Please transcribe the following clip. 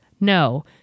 No